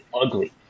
ugly